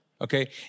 okay